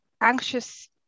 anxious